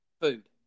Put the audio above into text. food